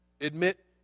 Admit